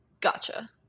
Gotcha